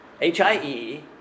H-I-E